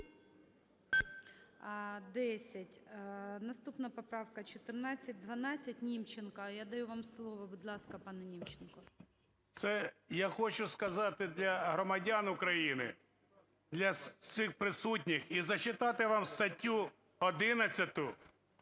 Наступна поправка 1412, Німченко. Я даю вам слово, будь ласка, пане Німченко. 16:56:25 НІМЧЕНКО В.І. Це я хочу сказати для громадян України, для всіх присутніх і зачитати вам статтю 11